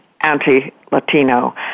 anti-Latino